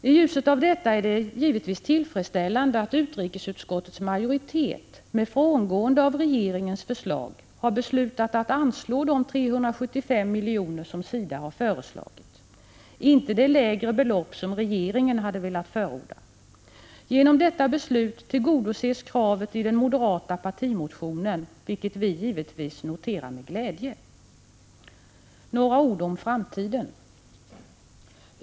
I ljuset av detta är det givetvis tillfredsställande att utrikesutskottets majoritet med frångående av regeringens förslag har beslutat anslå de 375 miljoner som SIDA föreslagit, inte det lägre belopp som regeringen hade velat förorda. Genom detta beslut tillgodoses kravet i den moderata partimotionen, vilket vi givetvis noterar med glädje. Några ord om framtiden.